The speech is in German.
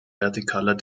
vertikaler